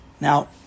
Now